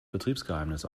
betriebsgeheimnis